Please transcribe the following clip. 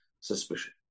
suspicion